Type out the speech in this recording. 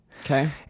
Okay